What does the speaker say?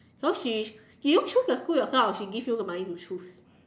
so she do you choose your school yourself or she give you the money to choose